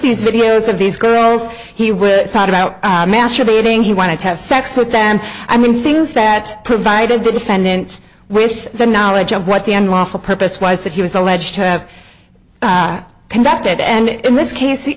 these videos of these girls he would talk about masturbating he wanted to have sex with them i mean things that provided the defendants with the knowledge of what the unlawful purpose was that he was alleged to have conducted and in this case